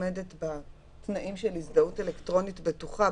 עומדת בתנאים של הזדהות אלקטרונית בטוחה,